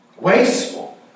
Wasteful